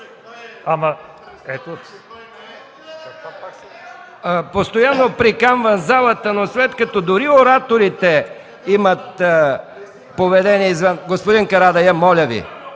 МИКОВ: Постоянно приканвам залата, но след като дори ораторите имат поведение... Господин Карадайъ, моля Ви!